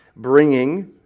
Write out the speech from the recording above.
bringing